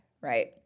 right